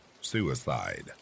suicide